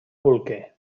bolquer